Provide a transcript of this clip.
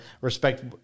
respect